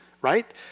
right